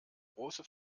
große